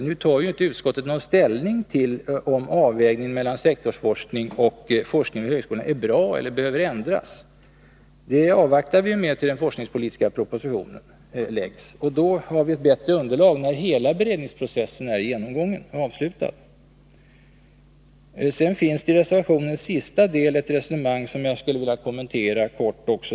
Nu tar inte utskottet ställning till om avvägningen mellan sektorsforskning och forskning i högskola är bra eller behöver ändras. Det avvaktar vi med tills den forskningspolitiska propositionen framläggs. Då har vi bättre underlag, när hela beredningsprocessen är avslutad. I reservationens sista del finns ett resonemang som jag skulle vilja kommentera något.